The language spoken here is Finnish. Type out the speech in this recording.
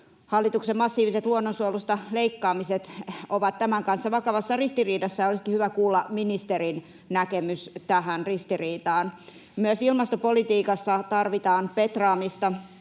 Hallituksen massiiviset leikkaamiset luonnonsuojelusta ovat tämän kanssa vakavassa ristiriidassa, ja olisikin hyvä kuulla ministerin näkemys tähän ristiriitaan. Myös ilmastopolitiikassa tarvitaan petraamista.